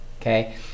Okay